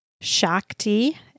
Shakti